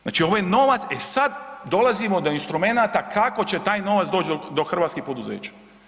Znači ovo je novac, e sad dolazimo do instrumenata kako će taj novac doć do hrvatskih poduzeća.